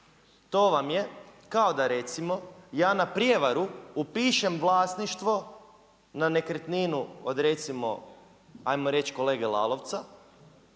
To vam je kao da recimo ja na prijevaru upišem vlasništvo na nekretninu od recimo hajmo reći kolege Lalovca